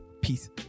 Peace